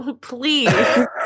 please